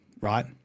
right